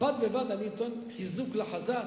בד בבד אני אתן חיזוק לחזק,